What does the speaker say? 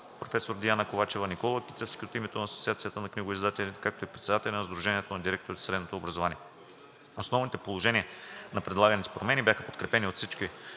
професор Диана Ковачева, Никола Кицевски – от името на Асоциацията на книгоиздателите, както и председателят на Сдружението на директорите в средното образование. Основните положения на предлаганите промени бяха подкрепени от всички